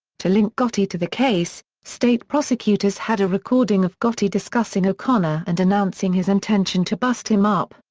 to link gotti to the case, state prosecutors had a recording of gotti discussing o'connor and announcing his intention to bust him up,